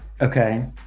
Okay